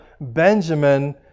Benjamin